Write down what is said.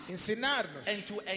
Ensinar-nos